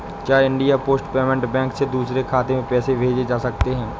क्या India post payment bank से दूसरे खाते में पैसे भेजे जा सकते हैं?